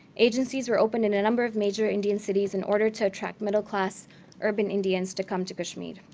agencies were opened in a number of major indian cities in order to attract middle class urban indians to come to kashmir.